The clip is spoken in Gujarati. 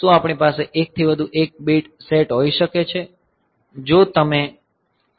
શું આપણી પાસે 1 થી વધુ 1 બીટ સેટ હોઈ શકે છે